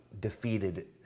defeated